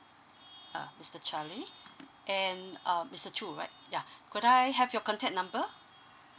uh mister charlie and um mister choo right (ya) could I have your contact number